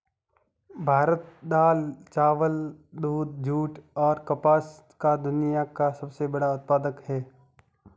भारत दाल, चावल, दूध, जूट, और कपास का दुनिया का सबसे बड़ा उत्पादक है